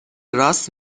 راست